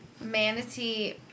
Manatee